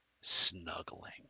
snuggling